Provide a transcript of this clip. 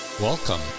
Welcome